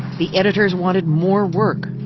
the editors wanted more work.